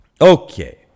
Okay